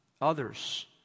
others